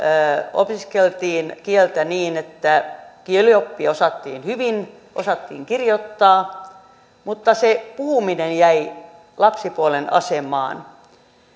opiskeltiin kieltä niin että kielioppi osattiin hyvin osattiin kirjoittaa mutta se puhuminen jäi lapsipuolen asemaan